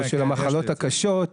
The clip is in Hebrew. של המחלות הקשות,